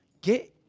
get